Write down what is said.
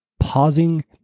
pausing